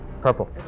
Purple